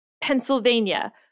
Pennsylvania